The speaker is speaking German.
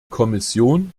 kommission